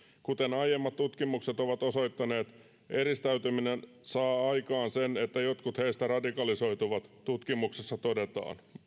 kuten aiemmat tutkimukset ovat osoittaneet eristäytyminen saa aikaan sen että jotkut heistä radikalisoituvat tutkimuksessa todetaan